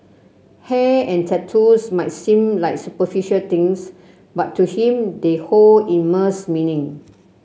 hair and tattoos might seem like superficial things but to him they hold immense meaning